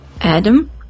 Adam